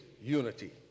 unity